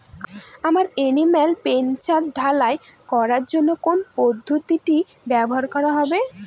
আমার animal pen ছাদ ঢালাই করার জন্য কোন পদ্ধতিটি ব্যবহার করা হবে?